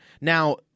Now